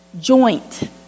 joint